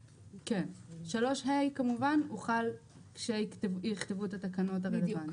סעיף 3ה יוחל כשיכתבו את התקנות הרלוונטיות.